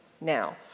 now